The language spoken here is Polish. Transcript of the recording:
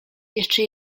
jeszcze